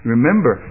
Remember